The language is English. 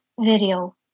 video